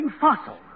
fossil